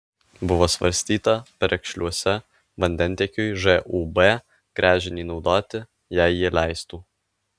buvo svarstyta perekšliuose vandentiekiui žūb gręžinį naudoti jei jie leistų